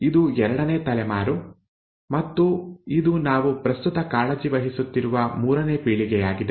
ಇದು ಎರಡನೇ ತಲೆಮಾರು ಮತ್ತು ಇದು ನಾವು ಪ್ರಸ್ತುತ ಕಾಳಜಿವಹಿಸುತ್ತಿರುವ ಮೂರನೇ ಪೀಳಿಗೆಯಾಗಿದೆ